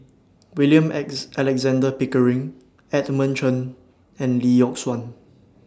William Alexander Pickering Edmund Chen and Lee Yock Suan